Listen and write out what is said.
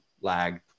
lag